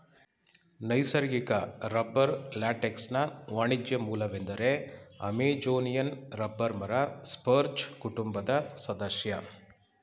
ನೈಸರ್ಗಿಕ ರಬ್ಬರ್ ಲ್ಯಾಟೆಕ್ಸ್ನ ವಾಣಿಜ್ಯ ಮೂಲವೆಂದರೆ ಅಮೆಜೋನಿಯನ್ ರಬ್ಬರ್ ಮರ ಸ್ಪರ್ಜ್ ಕುಟುಂಬದ ಸದಸ್ಯ